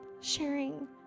sharing